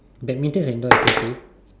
badminton enjoyed playing